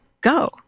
go